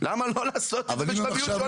למה לא לעשות בשלביות?